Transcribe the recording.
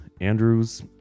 Andrew's